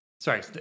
Sorry